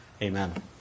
Amen